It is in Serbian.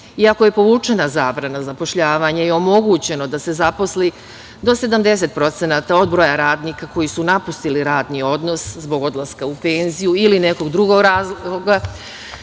Iako je povučena zabrana zapošljavanja i omogućeno da se zaposli do 70% od broja radnika koji su napustili radni odnos zbog odlaska u penziju ili nekog drugog razloga,